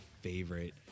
favorite